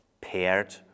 paired